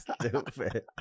Stupid